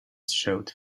showed